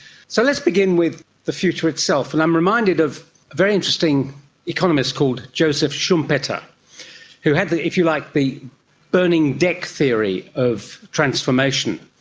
so let's begin with the future itself, and i'm reminded of a very interesting economist called joseph schumpeter who had, if you like, the burning deck theory of transformation.